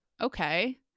okay